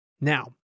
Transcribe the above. Now